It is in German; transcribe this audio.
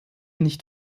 nicht